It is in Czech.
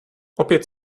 opět